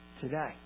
today